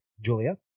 Julia